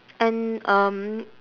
and um